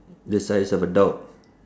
the size of a dog